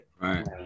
Right